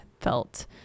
felt